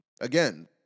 again